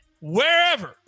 wherever